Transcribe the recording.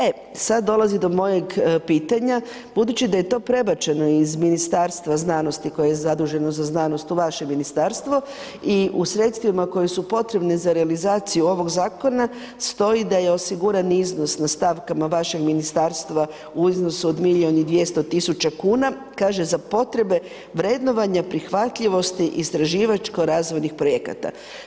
E sada dolazi do mojeg pitanja, budući da je to prebačeno iz Ministarstva znanosti koje je zaduženo za znanost u vašem ministarstvo i u sredstvima koja su potrebna za realizaciju ovog zakona stoji da je osiguran iznos na stavkama vašeg ministarstva u iznosu od milijun 200 tisuća kuna za potrebe vrednovanja prihvatljivosti istraživačko razvojnih projekata.